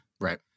Right